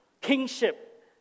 kingship